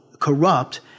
corrupt